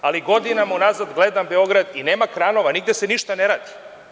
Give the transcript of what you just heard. Ali, godinama unazad gledam Beograd i nema kranova nigde se ništa ne radi.